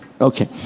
Okay